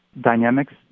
dynamics